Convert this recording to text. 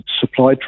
supply